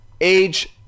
age